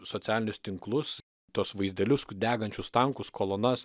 socialinius tinklus tuos vaizdelius degančius tankus kolonas